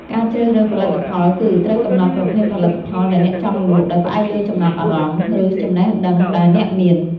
ការជ្រើសរើសផលិតផលគឺ ត្រូវកំណត់ប្រភេទផលិតផលដែលអ្នកចង់លក់ ដោយផ្អែកលើចំណាប់អារម្មណ៍ ឬចំណេះដឹងដែលអ្នកមាន។